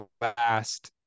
last